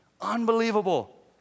Unbelievable